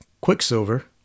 Quicksilver